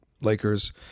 Lakers